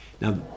Now